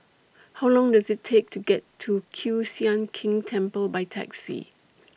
How Long Does IT Take to get to Kiew Sian King Temple By Taxi